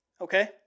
Okay